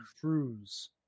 cruise